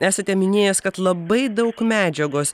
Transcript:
esate minėjęs kad labai daug medžiagos